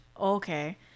Okay